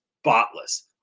spotless